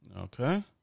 Okay